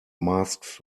masks